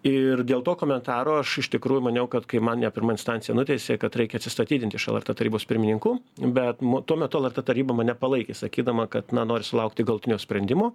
ir dėl to komentaro aš iš tikrųjų maniau kad kai mane pirma instancija nuteisė kad reikia atsistatydinti iš lrt tarybos pirmininkų bet mu tuo metu lrt taryba mane palaikė sakydama kad na nori sulaukti galutinio sprendimo